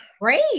Great